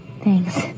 Thanks